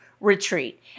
retreat